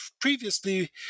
previously